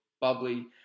bubbly